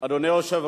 פשוט טעית.